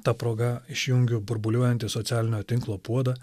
ta proga išjungiu burbuliuojantį socialinio tinklo puodą